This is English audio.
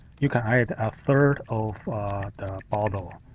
you can add a third of the bottle.